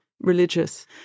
religious